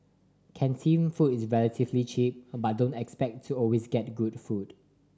canteen food is relatively cheap but don't expect to always get good food